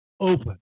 open